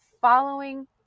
following